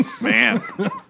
man